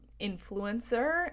influencer